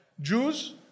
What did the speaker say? Jews